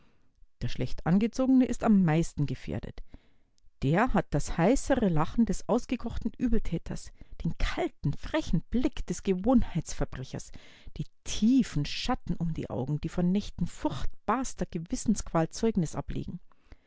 der schlechtangezogene ist am meisten gefährdet der hat das heisere lachen des ausgekochten übeltäters den kalten frechen blick des gewohnheitsverbrechers die tiefen schatten um die augen die von nächten furchtbarster gewissensqual zeugnis ablegen